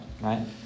right